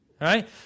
right